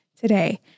today